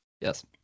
Yes